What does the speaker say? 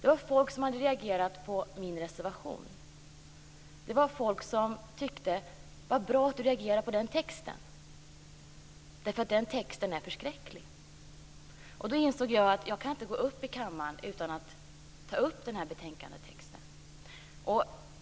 Folk hade reagerat på min reservation. Det var folk som tyckte att det var bra att jag reagerade på texten därför att den är förskräcklig. Då insåg jag att jag inte kan gå upp i kammarens talarstol utan att ta upp betänkandetexten.